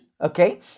Okay